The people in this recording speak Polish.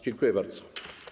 Dziękuję bardzo.